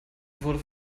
wurde